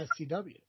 SCW